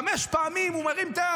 חמש פעמים הוא מרים את היד.